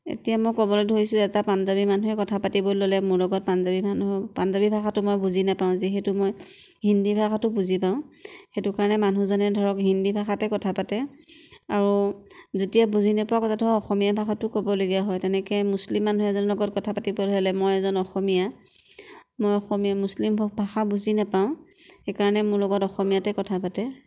এতিয়া মই ক'বলে ধৰিছোঁ এটা পাঞ্জাৱী মানুহে কথা পাতিবলৈ ল'লে মোৰ লগত পাঞ্জাৱী মানুহ পাঞ্জাৱী ভাষাতো মই বুজি নাপাওঁ যে যিহেতু মই হিন্দীভাষাতো বুজি পাওঁ সেইটো কাৰণে মানুহজনে ধৰক হিন্দীভাষাতে কথা পাতে আৰু যেতিয়া বুজি নাপায় কথাটো অসমীয়া ভাষাতো কবলগীয়া হয় তেনেকে মুছলিম মানুহ এজনৰ লগত কথা পাতিব ধৰিলে মই এজন অসমীয়া মই অসমীয়া মুছলিম ভা ভাষা বুজি নাপাওঁ সেইকাৰণে মোৰ লগত অসমীয়াতে কথা পাতে